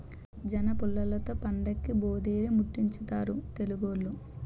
జనపుల్లలతో పండక్కి భోధీరిముట్టించుతారు తెలుగోళ్లు